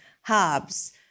Hobbes